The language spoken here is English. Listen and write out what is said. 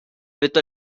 with